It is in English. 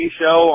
show